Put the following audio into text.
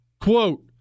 quote